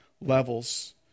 levels